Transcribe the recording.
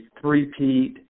three-peat